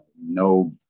no